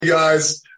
guys